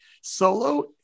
solo